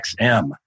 XM